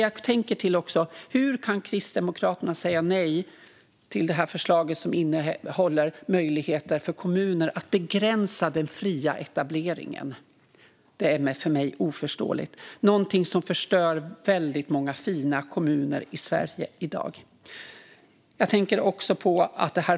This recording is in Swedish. Jag undrar hur Kristdemokraterna kan säga nej till det här förslaget, som innehåller möjligheter för kommuner att begränsa den fria etableringen. Det är oförståeligt för mig. Det förstör för väldigt många fina kommuner i Sverige i dag.